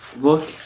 Look